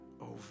over